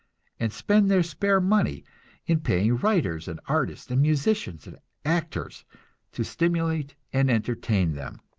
and spend their spare money in paying writers and artists and musicians and actors to stimulate and entertain them.